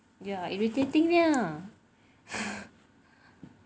ya irritatingnya